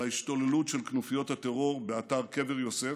על ההשתוללות של כנופיות הטרור באתר קבר יוסף,